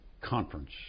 conference